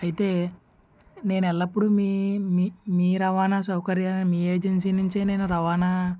అయితే నేను ఎల్లప్పుడూ మీ మీ రవాణా సౌకర్యాన్నే మీ ఏజెన్సీ నుంచే నేను రవాణా